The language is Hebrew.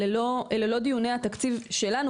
אלה לא דיוני התקציב שלנו,